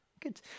good